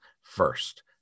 First